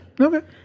Okay